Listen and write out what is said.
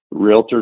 realtors